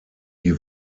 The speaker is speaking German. die